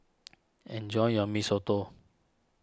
enjoy your Mee Soto